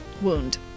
wound